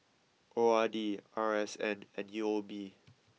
O R D R S N and U O B